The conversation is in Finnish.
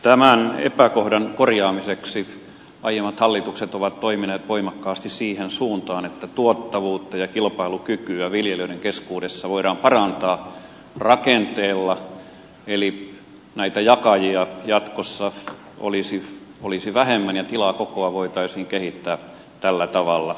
tämän epäkohdan korjaamiseksi aiemmat hallitukset ovat toimineet voimakkaasti siihen suuntaan että tuottavuutta ja kilpailukykyä viljelijöiden keskuudessa voidaan parantaa rakenteella eli näitä jakajia jatkossa olisi vähemmän ja tilakokoa voitaisiin kehittää tällä tavalla